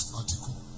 article